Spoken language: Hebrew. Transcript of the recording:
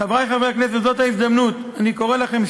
חברי חברי הכנסת, זאת ההזדמנות, אני קורא לכם שוב,